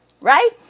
right